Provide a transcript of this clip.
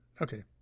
Okay